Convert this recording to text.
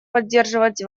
поддерживать